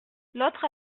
l’autre